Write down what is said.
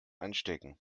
anstecken